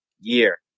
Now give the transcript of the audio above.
year